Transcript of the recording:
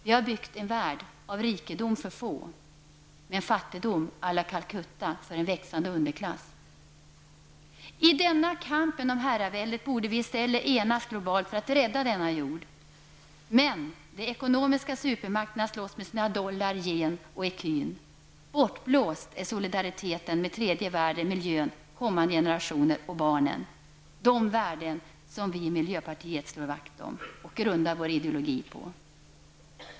Vi har byggt en värld av rikedom för få, men fattigdom à la Calcutta för en växande underklass. I denna kamp om herraväldet borde vi i stället enas globalt för att rädda denna jord. Men de ekonomiska supermakterna slåss med sina dollar, yen och ecun. Bortblåst är solidariteten med tredje världen, miljön, kommande generationer och barnen; de värden som vi i miljöpartiet slår vakt om och grundar vår ideologi på.